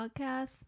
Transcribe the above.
podcast